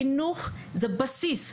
החינוך זה בסיס,